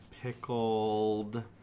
Pickled